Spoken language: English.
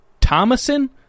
Thomason